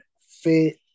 fit